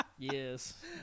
Yes